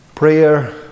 prayer